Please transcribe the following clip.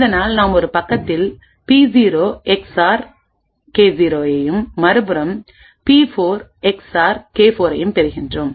இதனால் நாம் ஒரு பக்கத்தில் பி 0 எஸ்ஆர் கே 0 ஐயும் மறுபுறம் பி 4 எஸ்ஆர் கே 4 ஐயும் பெறுகிறோம்